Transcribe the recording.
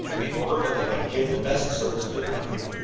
in order that they might give the best service to their country.